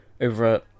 over